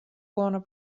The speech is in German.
warner